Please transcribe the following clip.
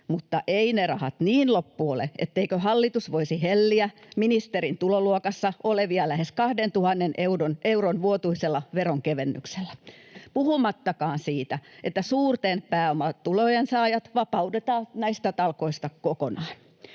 mutta eivät ne rahat niin loppu ole, etteikö hallitus voisi helliä ministerin tuloluokassa olevia lähes 2 000 euron vuotuisella veronkevennyksellä, puhumattakaan siitä, että suurten pääomatulojen saajat vapautetaan näistä talkoista kokonaan.